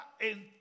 en